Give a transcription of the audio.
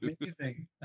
amazing